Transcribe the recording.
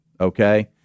okay